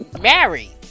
married